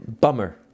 Bummer